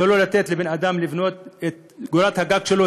שלא לתת לבן-אדם לבנות את קורת הגג שלו,